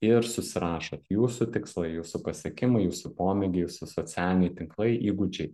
ir susirašot jūsų tikslai jūsų pasiekimai jūsų pomėgiai jūsų socialiniai tinklai įgūdžiai